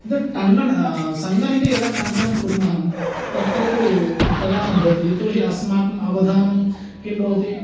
ट् टङ्गण सङ्गणके यदा टङ्कनं कुर्मः तत्र तु तथा न भवति यतोहि अस्माकम् अवधानं किं भवति